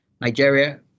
Nigeria